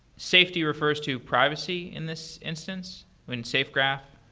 safety refers to privacy in this instance in safegraph.